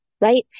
Right